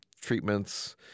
treatments